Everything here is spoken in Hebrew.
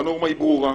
והנורמה היא ברורה,